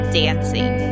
dancing